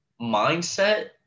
mindset